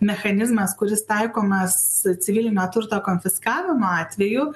mechanizmas kuris taikomas civilinio turto konfiskavimo atveju